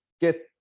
get